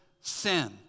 sin